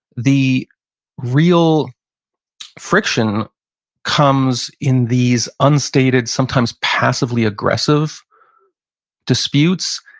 the real friction comes in these unstated, sometimes passively-aggressive disputes,